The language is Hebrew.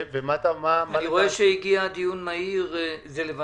אני רואה שהגיע דיון מהיר בנושא